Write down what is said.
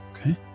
Okay